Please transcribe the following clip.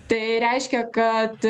tai reiškia kad